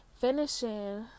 finishing